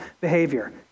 behavior